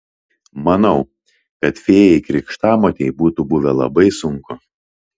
manau kad fėjai krikštamotei būtų buvę labai sunku